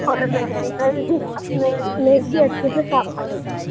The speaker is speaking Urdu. اور میں نے میز بھی میز بھی اچھے سے صاف کری تھی